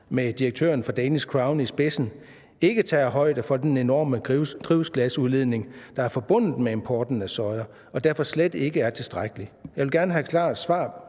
med direktøren for Danish Crown i spidsen ikke tager højde for den enorme drivhusgasudledning, der er forbundet med importen af soja, og derfor slet ikke er tilstrækkelig? Jeg vil gerne have et klart svar